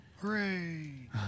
Hooray